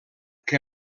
que